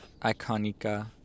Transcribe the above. Iconica